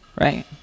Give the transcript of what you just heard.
right